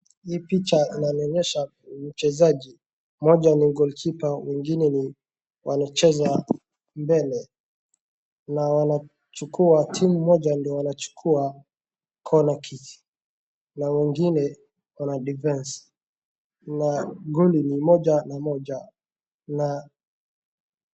Inaonyesha wachezaji, mmoja ni goolkeeper , wengne wanacheza mbele. Timu moja ndio wanachukua cornerkick na wengine wana defence , na goli ni moja na moja, na.